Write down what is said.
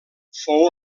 fou